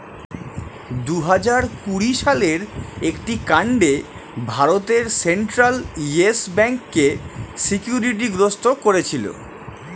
দুহাজার কুড়ি সালের একটি কাণ্ডে ভারতের সেন্ট্রাল ইয়েস ব্যাঙ্ককে সিকিউরিটি গ্রস্ত করেছিল